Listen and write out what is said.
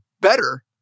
better